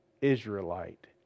Israelite